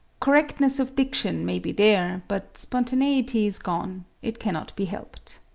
correctness of diction may be there, but spontaneity is gone it cannot be helped.